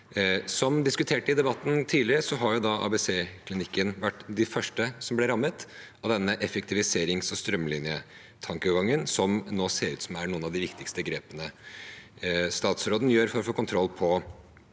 Som diskutert i debatten tidligere har ABC-klinikken vært av de første som ble rammet av denne effektiviserings- og strømlinjetankegangen som nå ser ut til å være av de viktigste grepene statsråden gjør for å få kontroll på